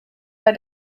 bei